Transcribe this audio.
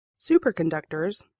Superconductors